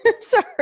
sorry